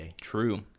True